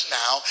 now